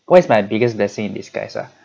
what is my biggest blessing in disguise ah